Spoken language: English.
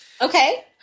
Okay